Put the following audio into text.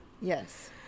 Yes